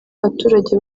abaturage